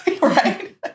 right